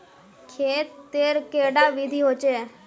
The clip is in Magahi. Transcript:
खेत तेर कैडा विधि होचे?